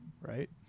right